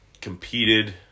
competed